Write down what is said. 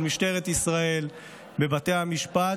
של משטרת ישראל ושל בתי המשפט.